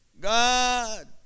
God